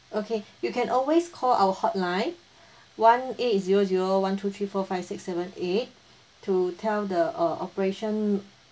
okay you can always call our hotline one eight zero zero one two three four five six seven eight to tell the err operation